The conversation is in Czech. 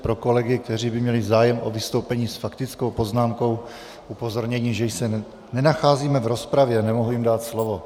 Pro kolegy, kteří by měli zájem o vystoupení s faktickou poznámkou, upozornění, že se nenacházíme v rozpravě, nemohu jim dát slovo.